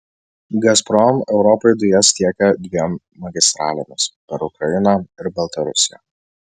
gazprom europai dujas tiekia dviem magistralėmis per ukrainą ir baltarusiją